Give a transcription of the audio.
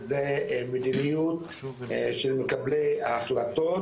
זה מדיניות של מקבלי ההחלטות,